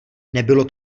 nebylo